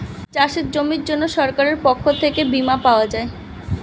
চাষের জমির জন্য সরকারের পক্ষ থেকে বীমা পাওয়া যায়